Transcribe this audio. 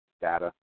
data